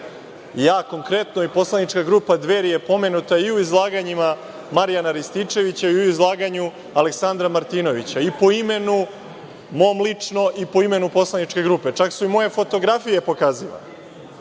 konkretno i poslanička grupa „Dveri“ je pomenuta i u izlaganjima Marijana Rističevića i u izlaganju Aleksandra Martinovića i po imenu mom lično i po imenu poslaničke grupe. Čak su i moje fotografije pokazivane.